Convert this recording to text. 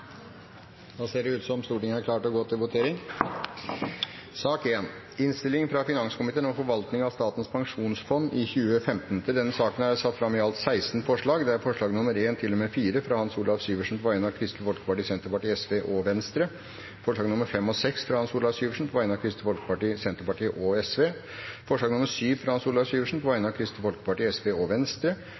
Da ser det ut til at Stortinget er klar til å gå til votering. Under debatten er det satt fram i alt 16 forslag. Det er forslagene nr. 1–4, fra Hans Olav Syversen på vegne av Kristelig Folkeparti, Senterpartiet, Venstre og Sosialistisk Venstreparti forslagene nr. 5 og 6, fra Hans Olav Syversen på vegne av Kristelig Folkeparti, Senterpartiet og Sosialistisk Venstreparti forslag nr. 7, fra Hans Olav Syversen på vegne av Kristelig Folkeparti, Sosialistisk Venstreparti og Venstre